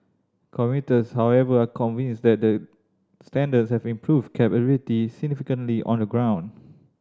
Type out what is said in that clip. commuters however are unconvinced that the standards have improved cab availability significantly on the ground